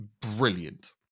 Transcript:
brilliant